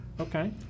okay